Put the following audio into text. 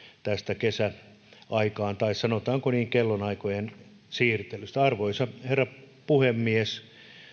tästä kesäaikaan tai sanotaanko kellonaikojen siirtelystä arvoisa herra puhemies